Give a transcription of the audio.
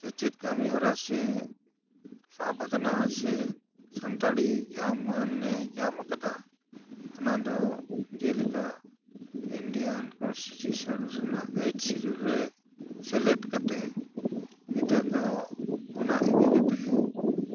ᱥᱮᱪᱮᱫ ᱠᱟᱹᱢᱤᱦᱚᱨᱟ ᱥᱮ ᱥᱟᱵ ᱠᱟᱱᱟ ᱥᱮ ᱥᱟᱱᱛᱟᱲᱤ ᱡᱟᱦᱟᱸ ᱢᱟᱹᱱᱮ ᱧᱟᱢ ᱟᱠᱟᱫᱟ ᱚᱱᱟᱫᱚ ᱡᱮᱞᱮᱠᱟ ᱤᱱᱰᱤᱭᱟᱱ ᱠᱚᱱᱥᱤᱴᱤᱭᱩᱥᱚᱱ ᱨᱮᱱᱟᱜ ᱮᱭᱤᱴ ᱥᱤᱰᱩᱞ ᱨᱮ ᱥᱮᱞᱮᱫ ᱠᱟᱛᱮᱫ ᱱᱤᱛᱚᱜ ᱫᱚ ᱚᱱᱟ ᱤᱫᱤ ᱠᱟᱛᱮᱫ